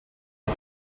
und